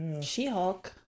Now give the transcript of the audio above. She-Hulk